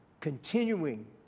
continuing